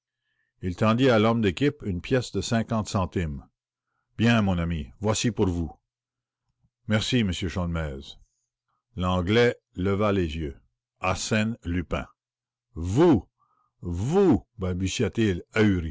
et tendant à l'homme une pièce de cinquante centimes bien mon ami voici pour vous merci m sholmès l'anglais leva les yeux arsène lupin